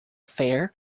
fair